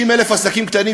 60,000 עסקים קטנים,